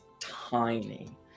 tiny